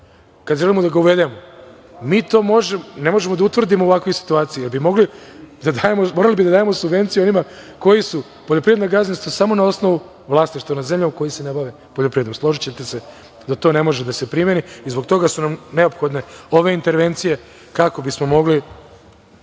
kada želimo da uvedemo tzv. plavi dizel, ne možemo da utvrdimo u ovakvoj situaciji, jer bi morali da dajemo subvencije onima koji su poljoprivredno gazdinstvo samo na osnovu vlasništva nad zemljom, koji se ne bave poljoprivredom. Složićete se da to ne može da se primeni i zbog toga su nam neophodne ove intervencije kako bismo mogli